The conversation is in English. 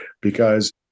Because-